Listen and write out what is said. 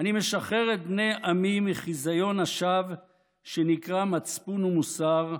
"אני משחרר את בני עמי מחזיון שווא שנקרא 'מצפון ומוסר',